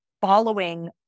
following